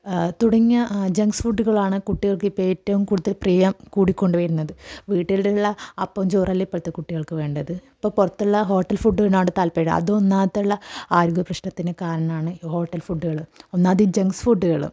തുടങ്ങിയ ജംഗ്സ് ഫുഡ്ഡുകളാണ് കുട്ടികൾക്കിപ്പോൾ ഏറ്റവും കൂടുതൽ പ്രിയം കൂടിക്കൊണ്ടു വരുന്നത് വീട്ടിലുള്ള അപ്പവും ചോറുമല്ല ഇപ്പോഴത്തെ കുട്ടികൾക്ക് വേണ്ടത് ഇപ്പോൾ പുറത്തുള്ള ഹോട്ടൽ ഫുഡിനോട് താത്പര്യമുണ്ട് അതാണ് ഒന്നാമതുള്ള ആരോഗ്യപ്രശ്നത്തിന് കാരണമാണ് ഈ ഹോട്ടൽ ഫുഡ്ഡുകൾ ഒന്നാമത് ഈ ജംഗ്സ് ഫുഡ്ഡുകൾ